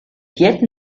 viêt